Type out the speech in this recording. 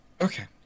Okay